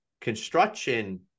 construction